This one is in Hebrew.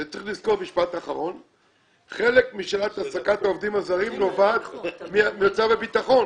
וצריך לזכור שחלק משאלת העסקת העובדים הזרים נובעת ממצב הביטחון.